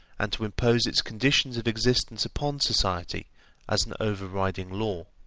and to impose its conditions of existence upon society as an over-riding law.